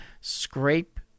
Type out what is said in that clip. scrape